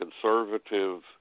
conservative